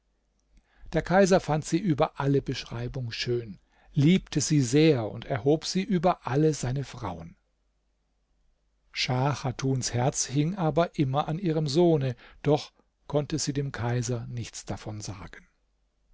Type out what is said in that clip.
der kaiser fand sie über alle beschreibung schön liebte sie sehr und erhob sie über alle seine frauen schah chatuns herz hing aber immer an ihrem sohne doch konnte sie dem kaiser nichts davon sagen